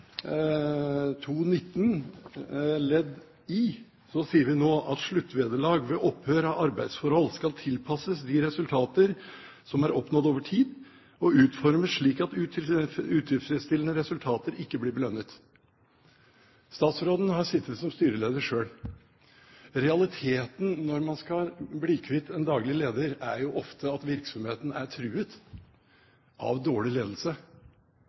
sier vi nå: «sluttvederlag ved opphør av arbeidsforholdet skal tilpasses de resultater som er oppnådd over tid, og utformes slik at utilfredsstillende resultater ikke blir belønnet.» Statsråden har sittet som styreleder selv. Realiteten er ofte når man skal bli kvitt en daglig leder, at virksomheten er truet av dårlig ledelse.